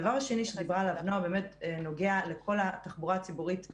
הדבר השני שדיברה עליו נועה נוגע לכל התחבורה הציבורית העירונית,